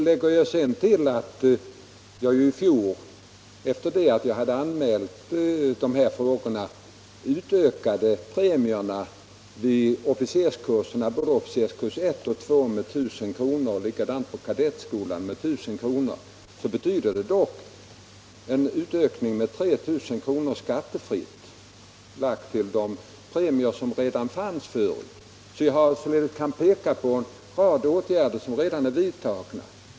Efter det att jag i fjol hade anmält dessa frågor utökade jag premierna vid både officerskurs 1 och 2 med 1 000 kr. och vid kadettskolan, också med 1000 kr. Det betyder en ökning med 3 000 kr. skattefritt utöver de premier som redan fanns förut. Jag kan således peka på en rad åtgärder som redan är vidtagna.